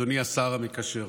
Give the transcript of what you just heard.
אדוני השר המקשר,